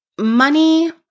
money